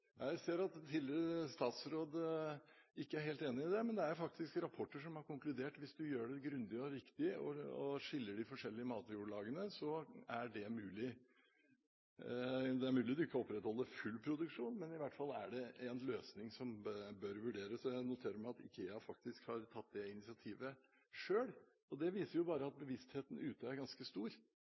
er faktisk rapporter som har konkludert med at hvis du gjør det grundig og riktig og skiller de forskjellige matjordlagene, er det mulig. Det er mulig du ikke opprettholder full produksjon, men i hvert fall er det en løsning som bør vurderes. Jeg noterer meg at IKEA faktisk har tatt det initiativet selv. Det viser bare at bevisstheten ute er ganske stor